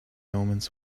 omens